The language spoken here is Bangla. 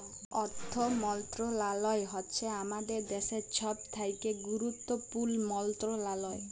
অথ্থ মলত্রলালয় হছে আমাদের দ্যাশের ছব থ্যাকে গুরুত্তপুর্ল মলত্রলালয়